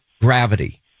gravity